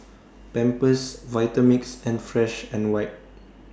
Pampers Vitamix and Fresh and White